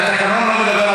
אני נתתי לך לדבר.